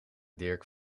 dirk